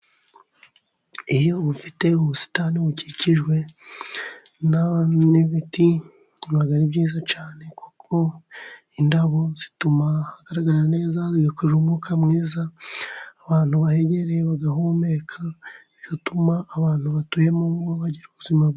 Iyo ufite ubusitani bukikijwe n'ibiti biba ari byiza cyane. Kuko indabo zituma hagaragara neza, zigakurura umwuka mwiza, abantu bahegereye bagahumeka, bigatuma abantu batuyemo bagira ubuzima bwiza.